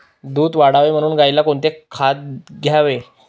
दूध वाढावे म्हणून गाईला कोणते खाद्य द्यावे?